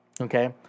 Okay